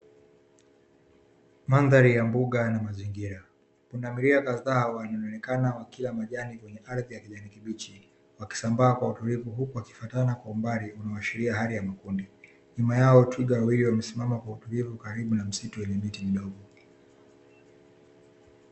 Mandhari ya mbuga na mazingira, Pundamilia kadhaa wanaonekana wakila majani kwenye ardhi ya kijani kibichi, wakisambaa kwa utulivu huku wakifuatana kwa mbali wakiashiria hali ya makundi, nyuma yao Twiga wawili wamesimama kwa utulivu, karibu na msitu wenye miti midogo.